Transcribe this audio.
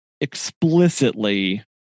explicitly